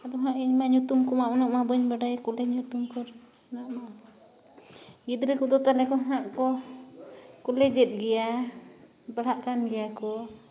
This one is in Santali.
ᱟᱫᱚ ᱦᱟᱸᱜ ᱤᱧᱢᱟ ᱧᱩᱛᱩᱢ ᱠᱚᱢᱟ ᱩᱱᱟᱹᱜ ᱢᱟ ᱵᱟᱹᱧ ᱵᱟᱰᱟᱭ ᱠᱚᱞᱮᱡᱽ ᱧᱩᱛᱩᱢ ᱠᱚ ᱩᱱᱟᱹᱜ ᱢᱟ ᱜᱤᱫᱽᱨᱟᱹ ᱠᱚᱫᱚ ᱛᱟᱞᱦᱮ ᱦᱟᱸᱜ ᱠᱚ ᱠᱚᱞᱮᱡᱮᱫ ᱜᱮᱭᱟ ᱯᱟᱲᱦᱟᱜ ᱠᱟᱱ ᱜᱮᱭᱟ ᱠᱚ